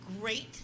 great